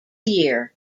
year